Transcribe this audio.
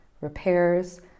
repairs